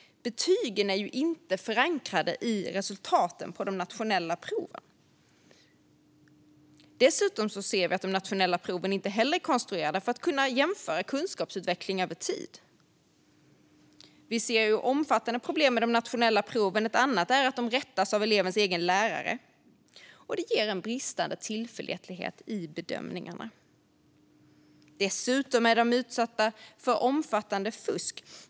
Betygen är ju inte förankrade i resultaten på de nationella proven. De nationella proven är heller inte konstruerade för att man ska kunna jämföra kunskapsutvecklingen över tid. Vi ser omfattande problem med de nationella proven. Ett annat är att de rättas av elevernas egna lärare, vilket ger bristande tillförlitlighet i bedömningarna. De är också utsatta för omfattande fusk.